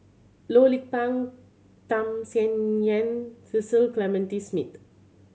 Loh Lik Peng Tham Sien Yen Cecil Clementi Smith